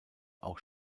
auch